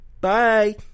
Bye